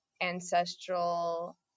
ancestral